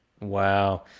Wow